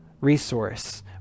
resource